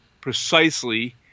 precisely